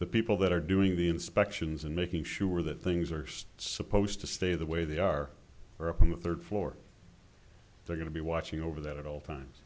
the people that are doing the inspections and making sure that things are still supposed to stay the way they are or on the third floor they're going to be watching over that at all times